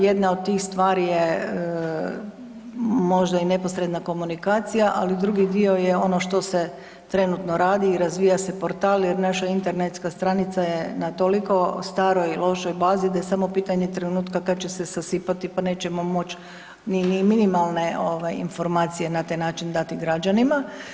Jedna od tih stvari je možda i neposredna komunikacija ali drugi dio je ono što se trenutno radi i razvija se portal jer naša internetska stranica je na toliko staroj i lošoj bazi da je samo pitanje trenutka kad će se sasipati pa nećemo moći ni minimalne informacije na taj način dati građanima.